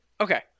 Okay